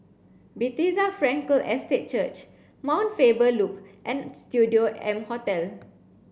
Bethesda Frankel Estate Church Mount Faber Loop and Studio M Hotel